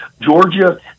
Georgia